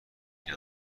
فکری